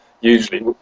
usually